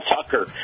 Tucker